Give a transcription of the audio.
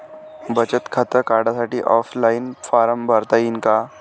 बचत खातं काढासाठी ऑफलाईन फारम भरता येईन का?